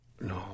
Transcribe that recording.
No